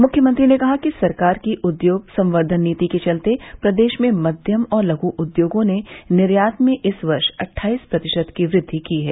मुख्यमंत्री ने कहा कि सरकार की उद्योग संवर्धन नीति के चलते प्रदेश में मध्यम और लघ् उद्योगों ने निर्यात में इस वर्ष अट्ठाईस प्रतिशत की वृद्धि की है